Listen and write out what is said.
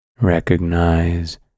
Recognize